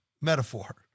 metaphor